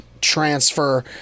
transfer